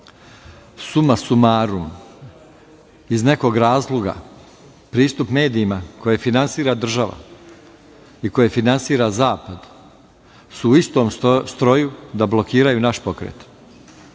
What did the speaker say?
Suma sumarum, iz nekog razloga pristup medijima koje finansira država i koje finansira Zapad su u istom stroju da blokiraju naš pokret. Zato